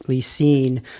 seen